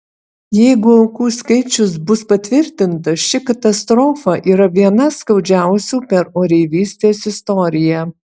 jeigu aukų skaičius bus patvirtintas ši katastrofa yra viena skaudžiausių per oreivystės istoriją